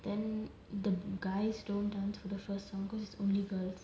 then the guys don't dance to the first song because it's only girls